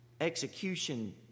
execution